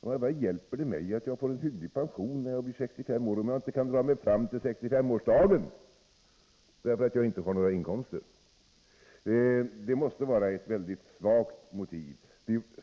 Vad hjälper det mig om jag får en hygglig pension när jag blir 65 år, om jag inte kan dra mig fram till 65-årsdagen därför att jag inte har några inkomster? Det måste vara ett mycket svagt motiv.